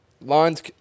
lines